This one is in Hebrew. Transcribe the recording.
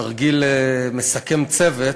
תרגיל מסכם צוות,